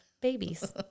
babies